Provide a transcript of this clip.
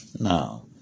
Now